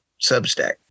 Substack